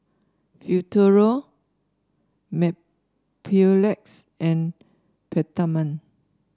Futuro Mepilex and Peptamen